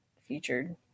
featured